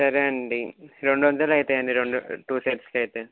సరే అండి రెండు వందలు అయితాయండి రెండు టూ సెట్స్కి అయితే